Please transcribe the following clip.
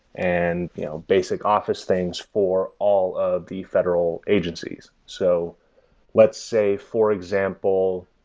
and you know basic office things for all of the federal agencies. so let's say, for example,